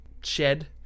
shed